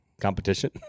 competition